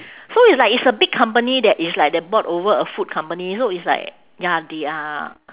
so it's like it's a big company that it's like that bought over a food company so it's like ya they are